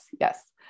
Yes